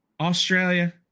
Australia